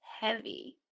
heavy